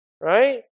right